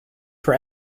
for